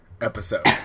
episode